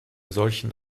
solchen